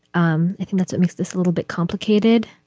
um i think that's it makes this a little bit complicated.